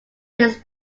his